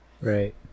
Right